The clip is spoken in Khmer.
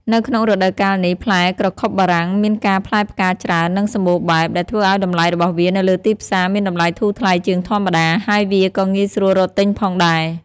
នៅក្នុងរដូវកាលនេះ ផ្លែក្រខុបបារាំងមានការផ្លែផ្កាច្រើន និងសម្បូរបែប ដែលធ្វើឱ្យតម្លៃរបស់វានៅលើទីផ្សារមានតម្លៃធូរថ្លៃជាងធម្មតា ហើយវាក៏ងាយស្រួលរកទិញផងដែរ។